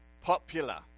popular